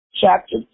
chapter